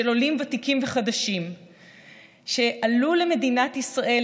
של עולים ותיקים וחדשים שעלו למדינת ישראל,